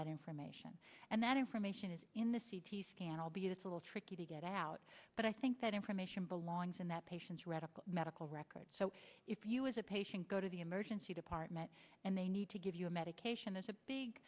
that information and that information is in the c t scan will be a little tricky to get out but i think that information belongs in that patient's radical medical records so if you as a patient go to the emergency department and they need to give you a medication is a big